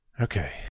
Okay